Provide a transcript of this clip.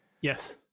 Yes